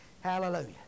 Hallelujah